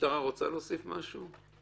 המשטרה רוצה להוסיף משהו?